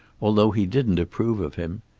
although he didn't approve of him.